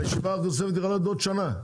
הישיבה הנוספת יכולה להיות עוד שנה.